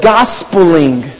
Gospeling